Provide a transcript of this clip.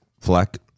flack